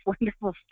wonderful